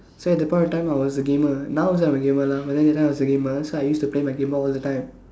so at that point of time I was a gamer now I'm also a gamer lah but at that point I was a gamer so I used to play my game boy all the time